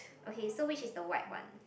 okay so which is the white one